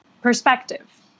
perspective